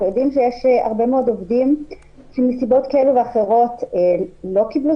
יודעים שיש הרבה מאוד עובדים שמסיבות כאלה ואחרות לא קיבלו